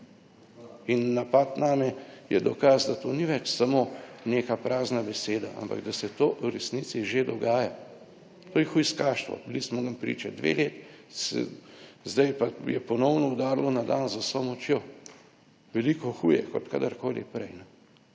in napad name je dokaz, da to ni več samo neka prazna beseda, ampak da se to v resnici že dogaja. To je hujskaštvo. Bili smo jim priče dve leti sedaj pa je ponovno udarilo na dan z vso močjo, veliko huje kot kadarkoli prej.